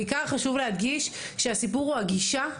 בעיקר חשוב להדגיש שהסיפור הוא הגישה,